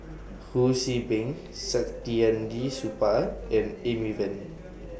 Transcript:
Ho See Beng Saktiandi Supaat and Amy Van